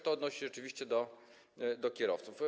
To odnosi się oczywiście do kierowców.